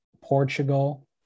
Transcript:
portugal